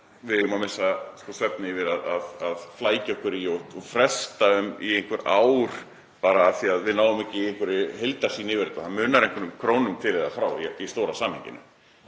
við eigum að missa svefn yfir og flækja okkur í og fresta í einhver ár, bara af því að við náum ekki heildarsýn yfir þetta. Það munar einhverjum krónum til eða frá í stóra samhenginu.